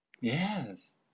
yes